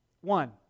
One